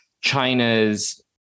China's